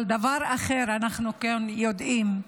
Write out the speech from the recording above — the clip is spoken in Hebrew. אבל דבר אחר אנחנו כן יודעים,